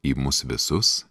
į mus visus